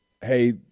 hey